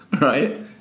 Right